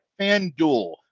FanDuel